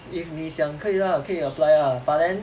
if 你想可以 lah 可以 apply lah but then